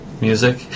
Music